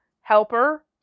helper